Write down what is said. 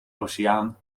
oceaan